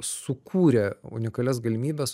sukūrė unikalias galimybes